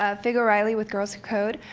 ah fig o'reilly with girls who code.